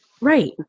Right